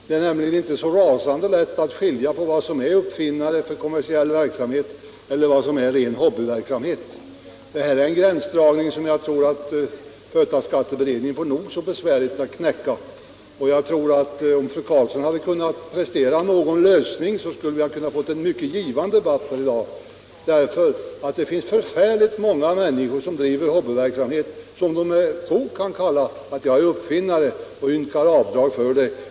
Det är nämligen inte så rasande lätt att skilja på vad som är uppfinnande och kommersiell verksamhet och vad som är ren hobbyverksamhet. Jag tror att företagsskatteberedningen får nog så besvärligt att göra den gränsdragningen. Om fru Karlsson hade kunnat prestera någon lösning tror jag att vi skulle ha kunnat få en mycket givande debatt i dag. Det finns nämligen förfärligt många människor som bedriver en hobbyverksamhet som de med fog kan kalla uppfinnande och alltså yrka avdrag för.